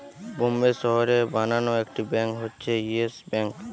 বোম্বের শহরে বানানো একটি ব্যাঙ্ক হচ্ছে ইয়েস ব্যাঙ্ক